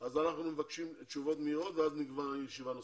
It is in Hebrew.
אנחנו מבקשים תשובות מהירות ואז נקבע ישיבה נוספת.